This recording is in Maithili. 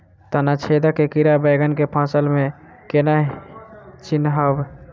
तना छेदक कीड़ा बैंगन केँ फसल म केना चिनहब?